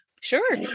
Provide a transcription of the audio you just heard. Sure